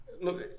look